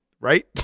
Right